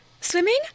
swimming